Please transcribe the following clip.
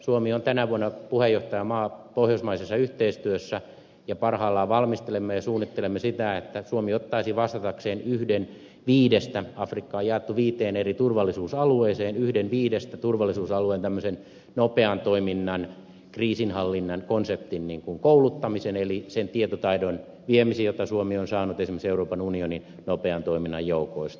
suomi on tänä vuonna puheenjohtajamaa pohjoismaisessa yhteistyössä ja parhaillaan valmistelemme ja suunnittelemme sitä että suomi ottaisi vastatakseen yhden viidestä afrikka on jaettu viiteen eri turvallisuusalueeseen turvallisuusalueen tämmöisen nopean toiminnan kriisinhallinnan konseptin kouluttamisen eli sen tietotaidon viemisen jota suomi on saanut esimerkiksi euroopan unionin nopean toiminnan joukoista